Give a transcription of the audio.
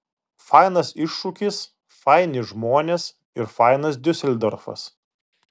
fainas iššūkis faini žmonės ir fainas diuseldorfas